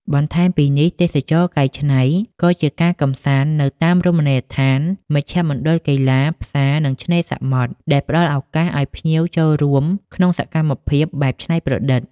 បន្ថែមពីនេះ ទេសចរណ៍កែច្នៃ ក៏ជាការកំសាន្តនៅតាមរមណីយដ្ឋាន មជ្ឈមណ្ឌលកីឡា ផ្សារ និងឆ្នេរសមុទ្រ ដែលផ្តល់ឱកាសឲ្យភ្ញៀវចូលរួមក្នុងសកម្មភាពបែបច្នៃប្រឌិត។